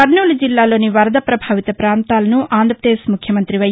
కర్నూలు జిల్లాలోని వరద ప్రభావిత పాంతాలను ఆంధ్రప్రదేశ్ ముఖ్యమంత్రి వై